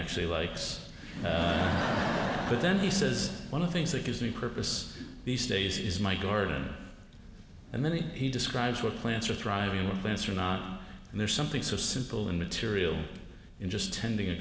actually likes but then he says one of the things that gives me purpose these days is my garden and then he he describes what plants are thriving with plants or not and there's something so simple and material in just tending a